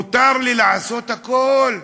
מותר לי לעשות הכול.